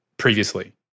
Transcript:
Previously